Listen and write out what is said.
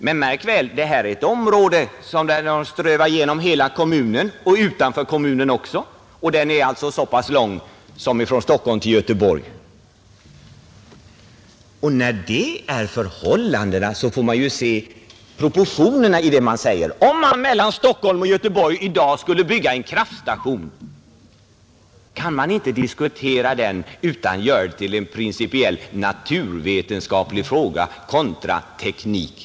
Men märk väl att hela den kommun som samerna kan ströva igenom — och utanför kommunen också — är lika lång som avståndet mellan Stockholm och Göteborg. Då får man ju se litet till proportionerna i vad man säger. Om man i dag vill bygga en kraftstation någonstans mellan Stockholm och Göteborg, så kan man väl diskutera den saken utan att göra den till en principiell naturvetenskaplig fråga kontra teknik!